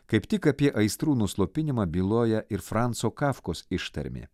kaip tik apie aistrų nuslopinimą byloja ir franco kafkos ištarmė